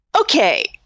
Okay